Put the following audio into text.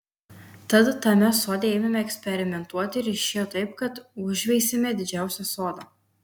tad tame sode ėmėme eksperimentuoti ir išėjo taip kad užveisėme didžiausią sodą